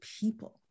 people